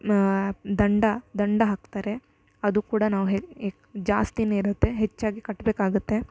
ದಂಡ ದಂಡ ಹಾಕ್ತಾರೆ ಅದು ಕೂಡ ನಾವು ಹೆ ಹೆ ಜಾಸ್ತಿಯೇ ಇರುತ್ತೆ ಹೆಚ್ಚಾಗಿ ಕಟ್ಟಬೇಕಾಗತ್ತೆ